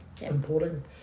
importing